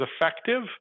effective